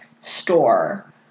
store